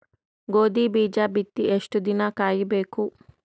ಗೋಧಿ ಬೀಜ ಬಿತ್ತಿ ಎಷ್ಟು ದಿನ ಕಾಯಿಬೇಕು?